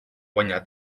guanyar